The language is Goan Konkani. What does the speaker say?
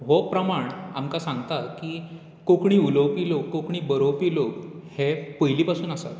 व्हो प्रमाण आमकां सांगता की कोंकणी उलोवपी लोक कोंकणी बरोवपी लोक हे पयली पासून आसात